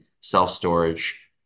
self-storage